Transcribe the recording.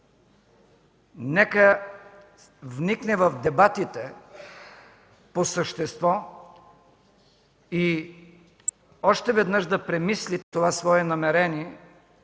нека вникне в дебатите по същество и още веднъж да премисли това свое намерение,